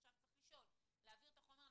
עכשיו צריך לשאול: להעביר את החומר?